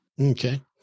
Okay